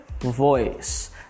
voice